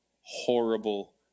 horrible